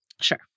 Sure